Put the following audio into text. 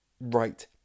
Right